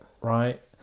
Right